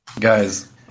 Guys